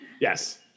yes